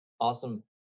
Awesome